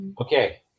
okay